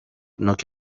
نوک